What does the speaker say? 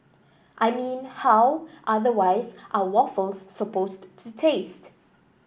I mean how otherwise are waffles supposed to taste